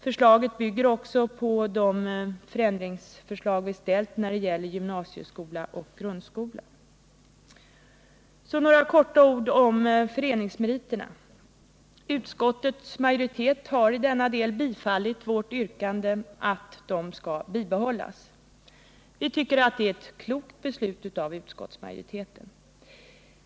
Förslaget bygger också på de förslag till förändringar som vi har framställt när det gäller gymnasieskola och grundskola. Sedan några få ord om föreningsmeriterna. Utskottets majoritet har i denna del bifallit vårt yrkande att dessa skall bibehållas. Vi tycker det är ett klokt beslut av utskottsmajoriteten.